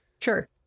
sure